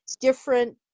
different